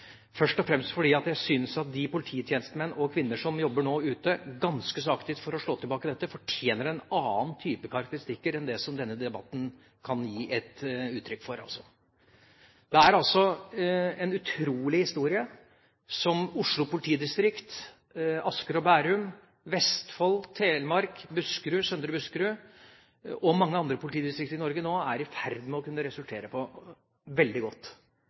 først og fremst fordi jeg syns at de polititjenestemenn og -kvinner som nå jobber ute, ganske så aktivt – for å slå tilbake dette – fortjener en annen type karakteristikker enn det som denne debatten kan gi et inntrykk av. Det er altså en utrolig historie, der Oslo politidistrikt, Asker og Bærum, Vestfold, Telemark, Søndre Buskerud og mange andre politidistrikter viser at man nå er i ferd med å